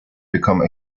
become